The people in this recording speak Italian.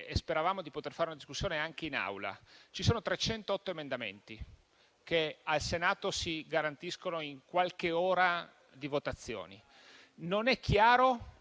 e speravamo di poter fare una discussione anche in Aula. Ci sono 308 emendamenti che al Senato si esauriscono in qualche ora di votazioni, quindi non è chiaro